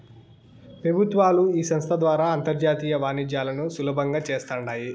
పెబుత్వాలు ఈ సంస్త ద్వారా అంతర్జాతీయ వాణిజ్యాలను సులబంగా చేస్తాండాయి